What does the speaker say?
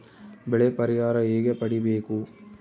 ಬೆಳೆ ಪರಿಹಾರ ಹೇಗೆ ಪಡಿಬೇಕು?